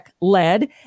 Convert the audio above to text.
led